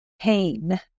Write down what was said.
pain